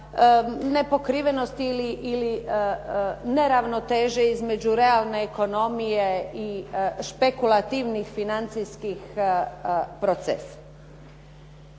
nepokrivenosti ili neravnoteže između realne ekonomije ili špekulativnih financijskih procesa.